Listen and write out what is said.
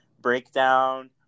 breakdown